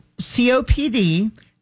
COPD